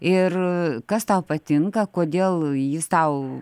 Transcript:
ir kas tau patinka kodėl jis tau